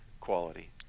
quality